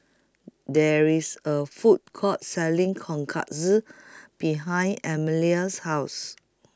There IS A Food Court Selling Tonkatsu behind Emelia's House